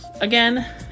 again